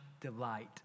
delight